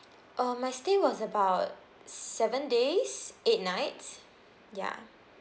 um my stay was about seven days eight nights ya